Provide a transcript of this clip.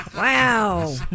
Wow